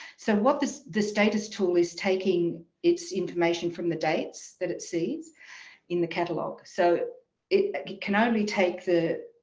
so what does the status tool is taking, it's information from the dates that it sees in the catalogue. so it can only take the,